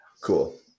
Cool